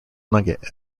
nugget